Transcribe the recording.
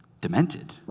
demented